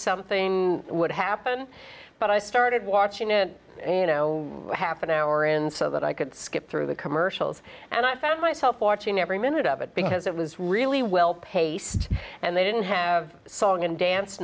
something would happen but i started watching it you know half an hour in so that i could skip through the commercials and i found myself watching every minute of it because it was really well paced and they didn't have song and dance